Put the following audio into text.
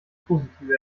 positive